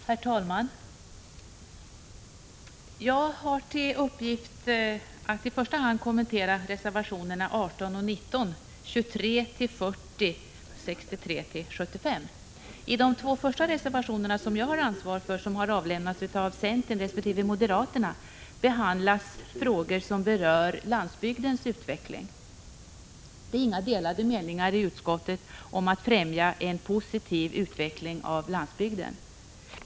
Herr talman! Jag har till uppgift att kommentera i första hand reservationerna 18 och 19, 23-40 samt 63-75. I de två första av dessa reservationer, som har avlämnats av centern resp. moderaterna, behandlas frågor som berör landsbygdens utveckling. Det är inga delade meningar i utskottet om att en positiv utveckling av landsbygden skall främjas.